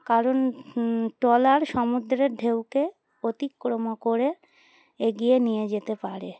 কারণ ট্রলার সমুদ্রের ঢেউকে অতিক্রম করে এগিয়ে নিয়ে যেতে পারে